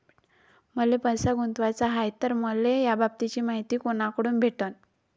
मले पैसा गुंतवाचा हाय तर मले याबाबतीची मायती कुनाकडून भेटन?